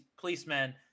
policemen